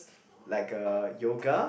like uh yoga